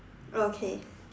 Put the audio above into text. okay